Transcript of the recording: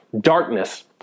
darkness